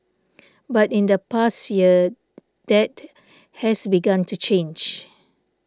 but in the past year that has begun to change